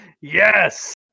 Yes